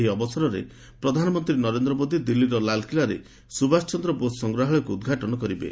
ଏହି ଅବସରରେ ପ୍ରଧାନମନ୍ତ୍ରୀ ନରେନ୍ଦ୍ର ମୋଦି ଦିଲ୍ଲୀର ଲାଲକିଲ୍ଲାରେ ସୁଭାଷ ଚନ୍ଦ୍ର ବୋଷ ସଂଗ୍ରହାଳୟକୁ ଉଦ୍ଘାଟନ କରିବେ